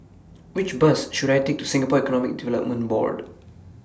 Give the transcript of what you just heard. Which Bus should I Take to Singapore Economic Development Board